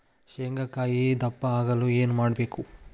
ಶೇಂಗಾಕಾಯಿ ದಪ್ಪ ಆಗಲು ಏನು ಮಾಡಬೇಕು?